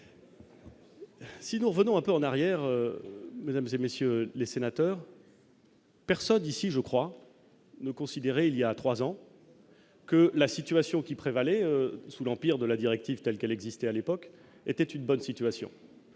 Si nous revenons un peu en arrière, mesdames et messieurs les sénateurs. Personne ici, je crois ne il y a 3 ans. Que la situation qui prévalait sous l'empire de la directive telle qu'elle existait à l'époque était une bonne situation,